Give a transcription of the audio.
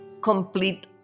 complete